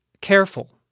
careful